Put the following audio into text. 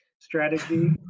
strategy